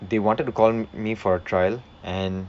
they wanted to call m~ me for a trial and